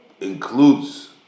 includes